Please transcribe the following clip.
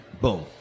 boom